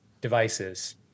devices